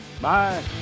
Bye